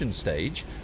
stage